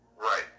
Right